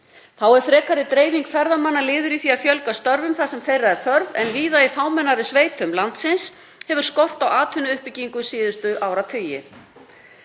Þá er frekari dreifing ferðamanna liður í því að fjölga störfum þar sem þeirra er þörf en víða í fámennari sveitum landsins hefur skort á atvinnuuppbyggingu síðustu áratugi.